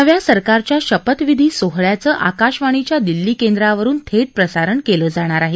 नव्या सरकारच्या शपथविधी सोहळ्याचं आकाशवाणीच्या दिल्ली केंद्रावरून थेट प्रसारण केलं जाणार आहे